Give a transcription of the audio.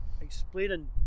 explaining